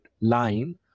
line